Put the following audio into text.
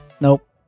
Nope